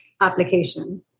application